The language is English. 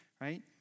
right